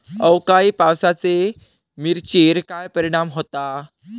अवकाळी पावसाचे मिरचेर काय परिणाम होता?